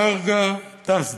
ארגה טדסה,